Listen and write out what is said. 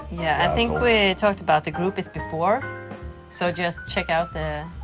yeah, i think we talked about the groupies before so just check out the.